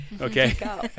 Okay